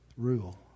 rule